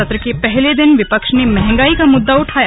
सत्र के पहले दिन विपक्ष ने महंगाई का मुद्दा उठाया